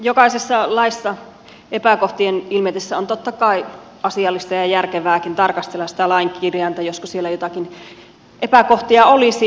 jokaisessa laissa epäkohtien ilmetessä on totta kai asiallista ja järkevääkin tarkastella sitä lain kirjainta josko siellä joitakin epäkohtia olisi